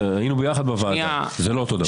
היינו ביחד בוועדה, זה לא אותו דבר.